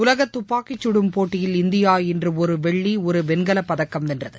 உலக துப்பாக்கிச்சுடும் போட்டியில் இந்தியா இன்று ஒரு வெள்ளி ஒரு வெண்கலப் பதக்கம் வென்றது